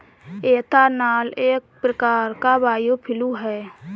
ethanol एक प्रकार का बायोफ्यूल है